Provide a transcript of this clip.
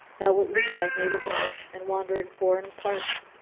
thou wilt leave thy native land and wander in foreign parts,